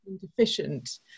deficient